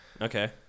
Okay